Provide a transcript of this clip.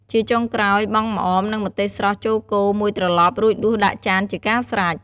ជាចុងក្រោយ បង់ម្អម និងម្ទេសស្រស់ចូលកូរមួយត្រឡប់ រួចដួសដាក់ចានជាការស្រេច។